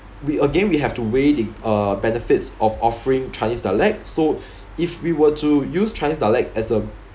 we again we have to weigh the uh benefits of offering chinese dialect so if we were to use chinese dialect as a